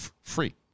free